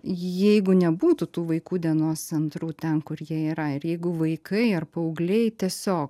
jeigu nebūtų tų vaikų dienos centrų ten kur jie yra ir jeigu vaikai ar paaugliai tiesio